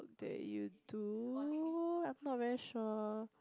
that you do I'm not very sure